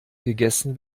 gegessen